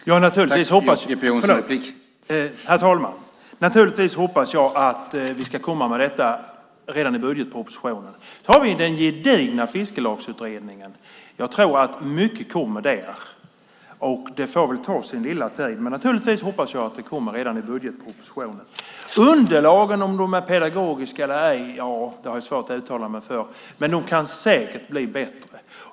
Herr talman! Naturligtvis hoppas jag att vi ska komma med detta redan i budgetpropositionen. Sedan har vi den gedigna Fiskelagsutredningen. Jag tror att mycket kommer där, och det får väl ta sin lilla tid, men naturligtvis hoppas jag att det kommer redan i budgetpropositionen. När det gäller underlagen och om de är pedagogiska eller ej har jag svårt att uttala mig, men de kan säkert bli bättre.